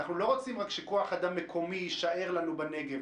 אנחנו לא רוצים רק שכוח אדם מקומי יישאר בנגב,